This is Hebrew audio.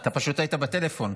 אתה פשוט היית בטלפון.